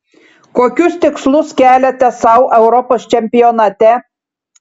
kokius tikslus keliate sau europos čempionate